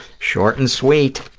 short and sweet,